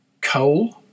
coal